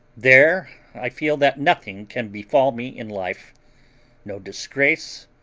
there i feel that nothing can befall me in life no disgrace,